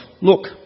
look